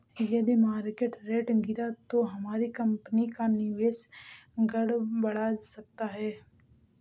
यदि market rate गिरा तो हमारी कंपनी का निवेश गड़बड़ा सकता है